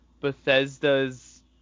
Bethesda's